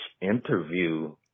interview